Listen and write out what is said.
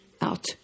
out